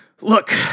Look